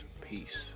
peace